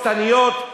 שטניות,